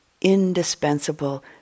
indispensable